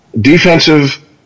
defensive